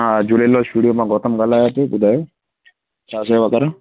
हा झूलेलाल स्टूडियो मां गौतम ॻाल्हायां पियो ॿुधायो छा सेवा करां